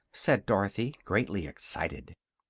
said dorothy, greatly excited.